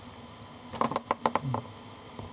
mm